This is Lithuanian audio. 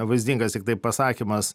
vaizdingas tiktai pasakymas